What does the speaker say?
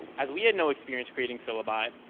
as we had no experience creating syllabi,